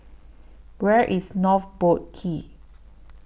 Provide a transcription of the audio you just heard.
Where IS North Boat Quay